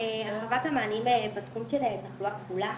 אוקיי, חובת המענים בתחום של תחלואה כפולה,